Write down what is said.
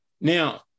Now